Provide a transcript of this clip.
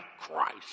Christ